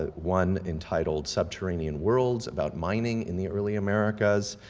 ah one entitled subterranean worlds about mining in the early americas,